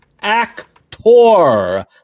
actor